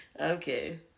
Okay